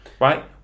right